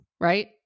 right